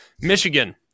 Michigan